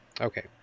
Okay